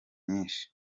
nyinshi